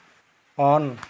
on